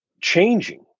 changing